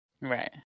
Right